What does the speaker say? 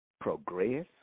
progress